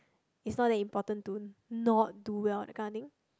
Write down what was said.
it's not that important to not do well that kind of thing